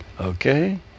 Okay